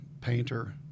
painter